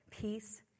peace